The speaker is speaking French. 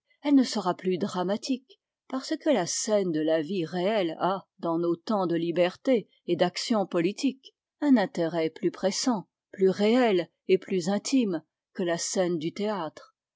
elle ne sera plus dramatique parce que la scène de la vie réelle a dans nos temps de liberté et d'action politique un intérêt plus pressant plus réel et plus intime que la scène du théâtre